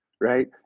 right